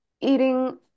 eating